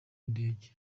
indege